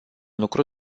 lucru